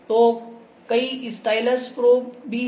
तो कई stylus probe भी हैं